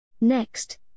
Next